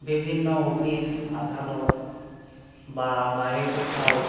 বিভিন্ন অফিস আদালত বা বাইরে কোথাও